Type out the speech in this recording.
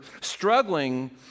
struggling